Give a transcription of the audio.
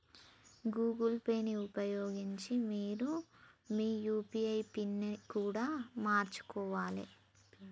Google Pay ని ఉపయోగించి మీరు మీ యూ.పీ.ఐ పిన్ని కూడా మార్చుకోవాలే